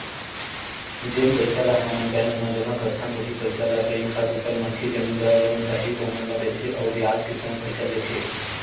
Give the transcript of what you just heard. जेन पइसा ल हमन बेंक म जमा करथन उहीं पइसा ल बेंक ह दूसर मनखे जउन ल लोन चाही ओमन ला देथे अउ बियाज के संग पइसा लेथे